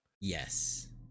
yes